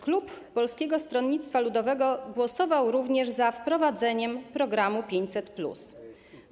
Klub Polskiego Stronnictwa Ludowego głosował również za wprowadzeniem programu 500+.